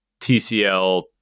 TCL